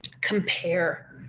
compare